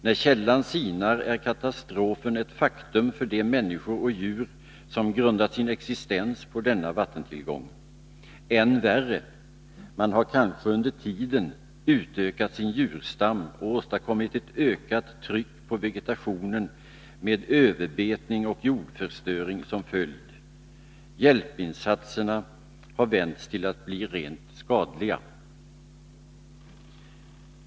När källan sinar är katastrofen ett faktum för de människor och djur som grundat sin existens på denna vattentillgång. Än värre! Man har kanske under tiden utökat sin djurstam och åstadkommit ett ökat tryck på vegetationen med överbetning och jordförstöring som följd. Hjälpinsatserna har vänts till att bli rent skadliga.